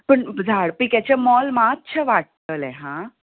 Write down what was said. पूण झाड पिक्याचे मोल मातशें वाडटलें आं